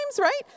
right